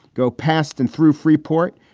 go past and through freeport,